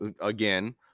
again